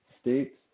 states